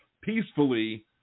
peacefully